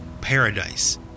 paradise